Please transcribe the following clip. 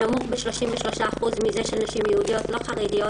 נמוך ב-33% מזה של נשים יהודיות לא חרדיות,